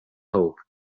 hope